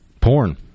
porn